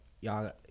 y'all